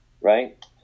right